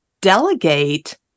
delegate